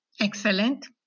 excellent